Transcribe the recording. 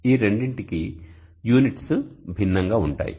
ఈ రెండింటి యూనిట్లు భిన్నంగా ఉంటాయి